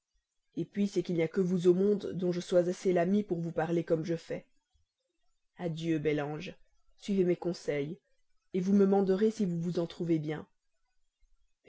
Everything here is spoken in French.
conseillée puis c'est qu'il n'y a que vous au monde dont je sois assez l'amie pour vous parler comme je fais adieu bel ange suivez mes conseils vous me manderez si vous vous en trouvez bien